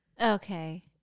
Okay